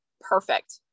Perfect